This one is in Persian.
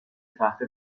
تحت